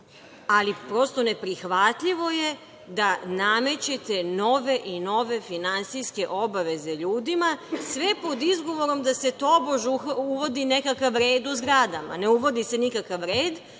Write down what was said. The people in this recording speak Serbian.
ali prosto, neprihvatljivo je da namećete nove i nove finansijske obaveze ljudima, sve pod izgovorom da se tobož uvodi nekakav red u zgradama. Ne uvodi se nikakav red.